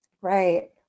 Right